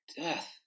death